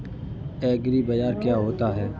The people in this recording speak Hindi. एग्रीबाजार क्या होता है?